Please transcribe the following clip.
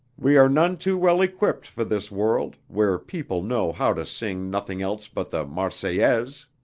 we are none too well equipped for this world, where people know how to sing nothing else but the marseillaise.